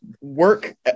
work